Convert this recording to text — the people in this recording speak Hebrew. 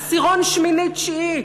העשירון השמיני-תשיעי,